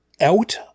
out